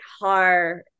hard